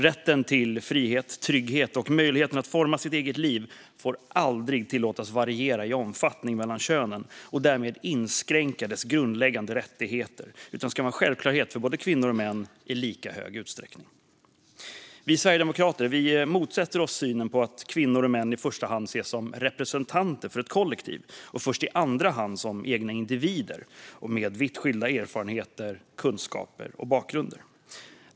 Rätten till frihet och trygghet och möjligheten att forma sitt eget liv får aldrig tillåtas variera i omfattning mellan könen och därmed inskränka grundläggande rättigheter utan ska vara en självklarhet för både kvinnor och män, i lika hög utsträckning. Vi sverigedemokrater motsätter oss synen på att kvinnor och män i första hand ska ses som representanter för ett kollektiv och först i andra hand som egna individer med vitt skilda erfarenheter, kunskaper och bakgrunder.